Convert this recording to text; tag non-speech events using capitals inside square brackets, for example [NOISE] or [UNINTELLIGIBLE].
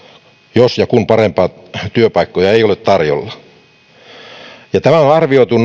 jos ja kun parempia työpaikkoja ei ole tarjolla tämän on arvioitu [UNINTELLIGIBLE]